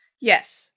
Yes